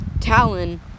Talon